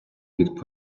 від